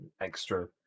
extra